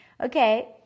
Okay